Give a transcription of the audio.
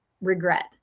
regret